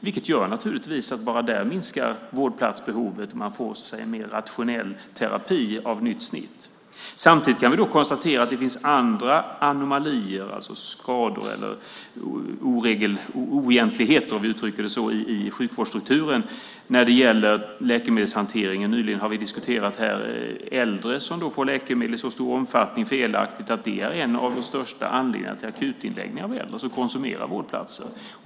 Det gör naturligtvis att vårdplatsbehovet minskar, och man får en mer rationell terapi av nytt snitt. Samtidigt kan vi konstatera att det finns andra anomalier, alltså skador eller oegentligheter om vi uttrycker det så, i sjukvårdsstrukturen när det gäller läkemedelshanteringen. Vi har nyligen diskuterat äldre som felaktigt får läkemedel i så stor omfattning att det är en av de största anledningarna till akutinläggning av äldre, som därmed konsumerar vårdplatser.